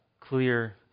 clear